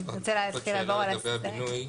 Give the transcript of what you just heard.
עוד שאלה לגבי הבינוי.